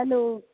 hello